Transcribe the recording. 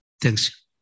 Thanks